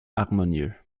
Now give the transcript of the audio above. harmonieux